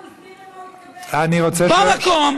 אדוני, בבקשה, בבקשה.